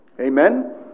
Amen